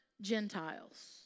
Gentiles